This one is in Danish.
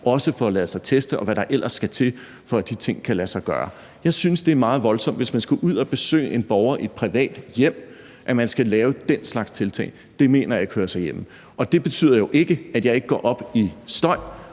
også lader sig teste, og hvad der ellers skal til, for at de ting kan lade sig gøre. Jeg synes, det er meget voldsomt, hvis man skal ud og besøge en borger i et privat hjem, altså at man skal lave den slags tiltag. Det mener jeg ikke hører hjemme her. Og det betyder jo ikke, at jeg ikke går op i støj,